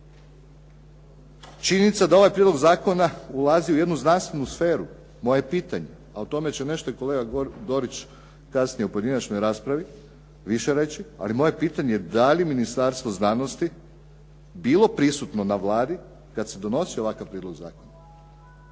Činjenica je da ovaj prijedlog zakona ulazi u jednu znanstvenu sferu. Moje pitanje, a o tome će nešto i kolega Dorić kasnije u pojedinačnoj raspravi više reći, ali moje pitanje je da li je Ministarstvo znanosti bilo prisutno na Vladi kad se donosio ovakav prijedlog zakona?